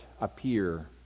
appear